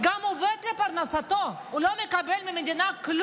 גם עובד לפרנסתו, הוא לא מקבל כלום מהמדינה.